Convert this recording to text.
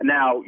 Now